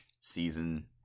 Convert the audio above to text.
season